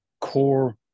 Core